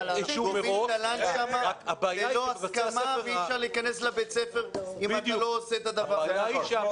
הבעיה היא שאי אפשר להיכנס לבית הספר אם אתה לא עושה את הדבר הזה.